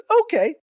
okay